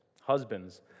husbands